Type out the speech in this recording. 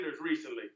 recently